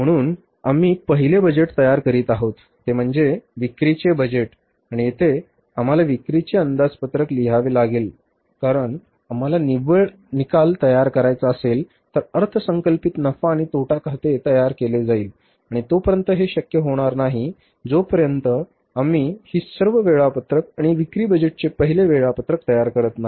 म्हणून आम्ही पहिले बजेट तयार करीत आहोत ते म्हणजे विक्रीचे बजेट आणि येथे आम्हाला विक्रीचे अंदाजपत्रक लिहावे लागेल कारण आम्हाला निव्वळ निकाल तयार करायचा असेल तर अर्थसंकल्पित नफा आणि तोटा खाते तयार केले जाईल आणि तोपर्यंत हे शक्य होणार नाही जोपर्यंत आम्ही ही सर्व वेळापत्रक आणि विक्री बजेटचे पहिले वेळापत्रक तयार करत नाही